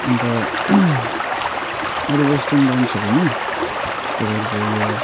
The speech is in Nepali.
अन्त अरू वेस्टर्न डान्सहरूमा तपाईँहरूको यो